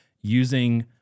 using